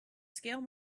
scale